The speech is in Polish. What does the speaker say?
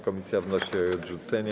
Komisja wnosi o jej odrzucenie.